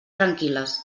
tranquil·les